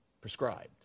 Prescribed